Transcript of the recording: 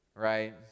Right